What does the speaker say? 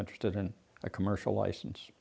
interested in a commercial license